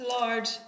Lord